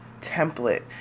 template